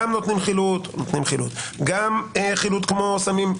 גם נותנים חילוט, גם חילוט כמו סמים.